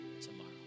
tomorrow